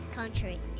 country